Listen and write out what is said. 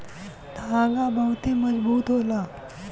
धागा बहुते मजबूत होला